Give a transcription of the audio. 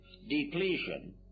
depletion